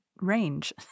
range